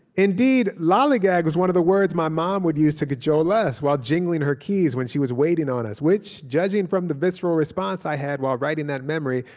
indeed, lollygag was one of the words my mom would use to cajole us while jingling her keys when she was waiting on us, which, judging from the visceral response i had while writing that memory,